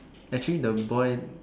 actually the boy